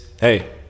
Hey